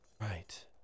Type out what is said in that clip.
Right